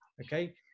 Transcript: okay